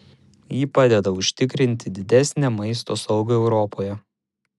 ji padeda užtikrinti didesnę maisto saugą europoje